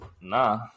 Nah